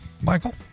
Michael